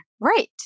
right